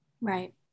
Right